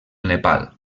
nepal